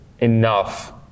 enough